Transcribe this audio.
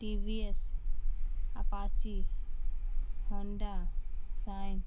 T V S Apache ہڈا sign